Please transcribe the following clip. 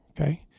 Okay